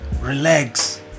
relax